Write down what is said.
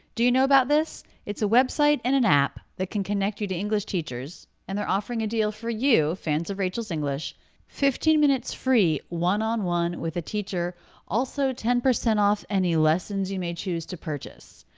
do you know about this? it's a website and an app that can connect you to english teachers and they're offering a deal for you fans of rachel's english fifteen minutes free one on one with a teacher also ten percent off any lessons you may choose to purchase.